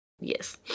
yes